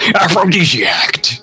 Aphrodisiac